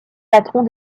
patrons